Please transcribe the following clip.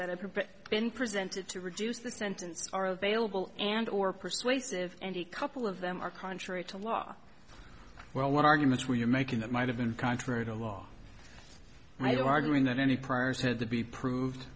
have been presented to reduce the sentence are available and or persuasive and a couple of them are contrary to law well what arguments were you making that might have been contrary to law and i do arguing that any priors had to be proved